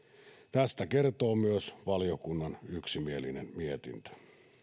tästä kertoo myös valiokunnan yksimielinen mietintö